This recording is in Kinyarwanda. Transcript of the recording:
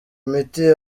miti